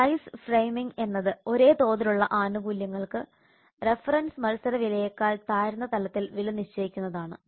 price framing എന്നത് ഒരേ തോതിലുള്ള ആനുകൂല്യങ്ങൾക്ക് റഫറൻസ് മത്സര വിലയേക്കാൾ താഴ്ന്ന തലത്തിൽ വില നിശ്ചയിക്കുന്നതാണ്